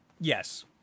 yes